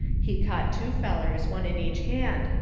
he caught two fellers, one in each hand,